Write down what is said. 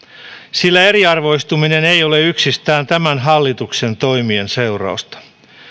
sillä eriarvoistuminen ei ole yksistään tämän hallituksen toimien seurausta